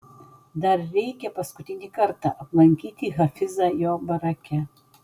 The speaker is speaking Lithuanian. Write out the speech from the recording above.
dar reikia paskutinį kartą aplankyti hafizą jo barake